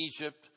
Egypt